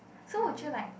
so would you like